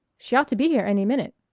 she ought to be here any minute.